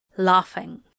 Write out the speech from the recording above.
laughing